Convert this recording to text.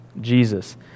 Jesus